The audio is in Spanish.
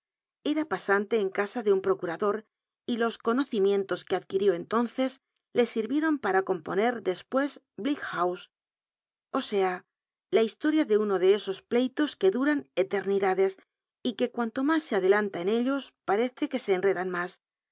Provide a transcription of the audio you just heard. era pasante en casa ele un procurador y los conocimientos que adquirió entonces le sirvieron para componer después b house o sea la histol'ia de uno ele esos pleitos que duran etemidades y que cuanto mas se adelanta en ellos parece que se enredan mas